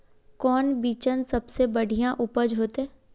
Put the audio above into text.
कौन बिचन सबसे बढ़िया उपज होते?